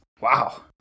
Wow